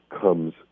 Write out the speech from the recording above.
comes